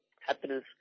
happiness